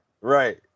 Right